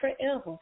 forever